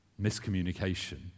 miscommunication